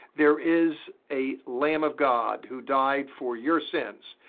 there is a lamb of god who died for your sins.